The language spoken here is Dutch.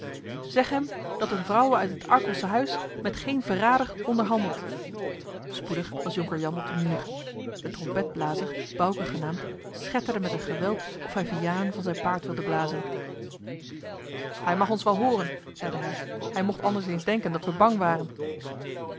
zeg hem dat eene vrouwe uit het arkelsche huis met geen verrader onderhandelt spoedig was jonker jan op den muur de trompetblazer bouke genaamd schetterde met een geweld of hij vianen van zijn paard wilde blazen hij mag ons wel hooren zeide hij hij mocht anders eens denken dat we bang waren